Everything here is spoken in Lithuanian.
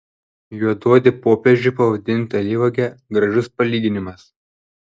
juodaodį popiežių pavadinti alyvuoge gražus palyginimas